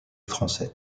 français